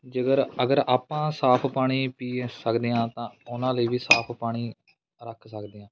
ਜੇਕਰ ਅਗਰ ਆਪਾਂ ਸਾਫ ਪਾਣੀ ਪੀ ਸਕਦੇ ਹਾਂ ਤਾਂ ਉਹਨਾਂ ਲਈ ਵੀ ਸਾਫ ਪਾਣੀ ਰੱਖ ਸਕਦੇ ਹਾਂ